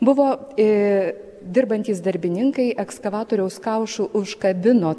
buvo dirbantys darbininkai ekskavatoriaus kaušu užkabino